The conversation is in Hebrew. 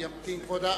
ימתין כבוד המשנה.